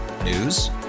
news